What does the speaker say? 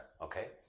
Okay